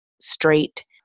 straight